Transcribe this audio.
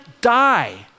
die